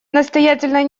настоятельная